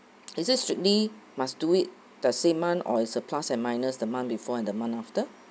is it strictly must do it does same month or it's a plus and minus the month before and the month after